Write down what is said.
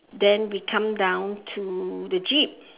then we come down to the jeep